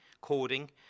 coding